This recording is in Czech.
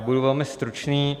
Budu velmi stručný.